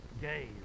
gay